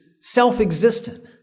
self-existent